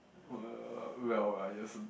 uh well I guess